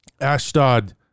ashdod